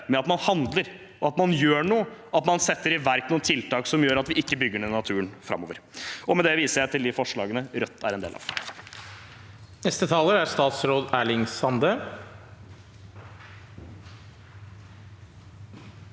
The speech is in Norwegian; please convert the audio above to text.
av at man handler, at man gjør noe, og at man setter i verk noen tiltak som gjør at vi ikke bygger ned naturen framover. Med det viser jeg til de forslagene Rødt er med på.